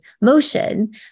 motion